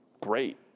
great